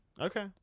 okay